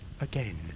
again